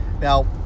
Now